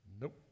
Nope